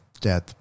death